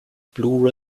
blu